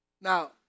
Now